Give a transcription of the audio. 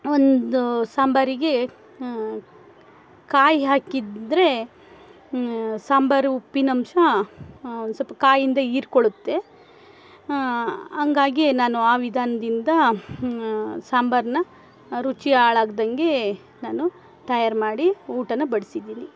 ಒಂದು ಸಾಂಬಾರಿಗೆ ಕಾಯಿ ಹಾಕಿದ್ರೆ ಸಾಂಬಾರ್ ಉಪ್ಪಿನ ಅಂಶ ಸ್ವಲ್ಪ್ ಕಾಯಿಂದ ಹೀರ್ಕೊಳ್ಳುತ್ತೆ ಹಂಗಾಗಿ ನಾನು ಆ ವಿಧಾನ್ದಿಂದ ಸಾಂಬಾರ್ನ ರುಚಿ ಹಾಳಾಗ್ದಂಗೇ ನಾನು ತಯಾರು ಮಾಡಿ ಊಟ ಬಡಿಸಿದಿನಿ